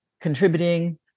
contributing